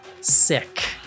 sick